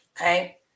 okay